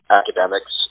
academics